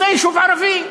זה יישוב ערבי.